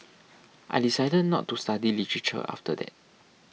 I decided not to study literature after that